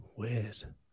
Weird